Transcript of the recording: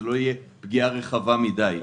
זה לא יהיה פגיעה רחבה מדי.